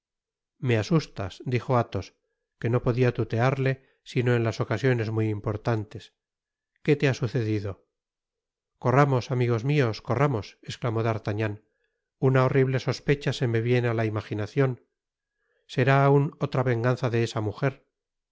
me asustas dijo athos que no solia tutearle sino en las ocasiones muy importantes que te ha sucedido corramos amigos mios corramos esclamó d'artagnan una horrible sospecha se me viene á la imaginacion será aun otra venganza de esa mujer